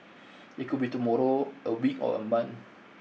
it could be tomorrow a week or a month